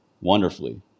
wonderfully